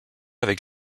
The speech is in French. avec